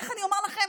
איך אני אומר לכם,